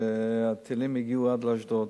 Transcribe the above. והטילים הגיעו עד לאשדוד.